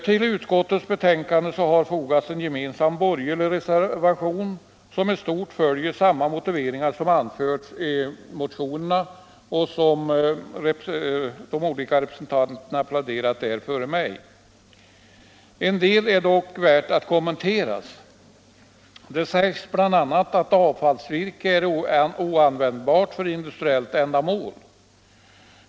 Till utskottets betänkande har fogats en gemensam borgerlig reservation som i stort följer samma motiveringar som anförts i motionerna och som de föregående talarna pläderat för. En del av detta är värt att kommentera. Det sägs bl.a. att avfallsvirke är oanvändbart för industriellt ändamål.